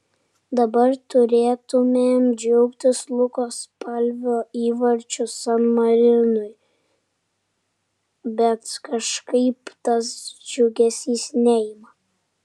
dabar turėtumėm džiaugtis luko spalvio įvarčiu san marinui bet kažkaip tas džiugesys neima